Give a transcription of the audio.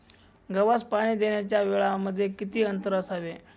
गव्हास पाणी देण्याच्या वेळांमध्ये किती अंतर असावे?